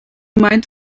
meint